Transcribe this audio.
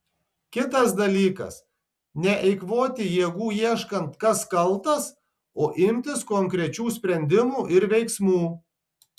kitas dalykas neeikvoti jėgų ieškant kas kaltas o imtis konkrečių sprendimų ir veiksmų